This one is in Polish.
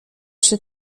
się